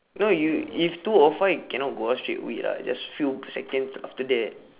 no you if two O five cannot go out straight away lah just few second after that